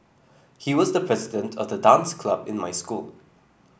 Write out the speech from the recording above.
he was the president of the dance club in my school